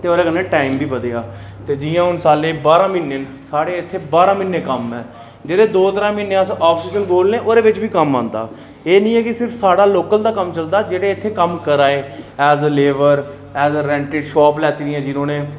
ते ओह्दे कन्नै टाईम बी बधेआ ते जियां हून साल्ले दे बारां म्हीने साढ़े इत्थें बारां म्हीने कम्म ऐ जेह्ड़े दो त्रै म्हीने अस हाफ सीजन बोलने ओह्दे बिच्च बी कम्म आंदा एह् निं ऐ सिर्फ साढ़ा लोकल दा कम्म चलदा जेह्ड़े इत्थें कम्म करा दे ऐज ए लेवर एज ए रैंटिड शाप लैत्ती दियां जिनें